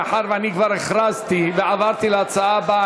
מאחר שאני כבר הכרזתי ועברתי להצעה הבאה,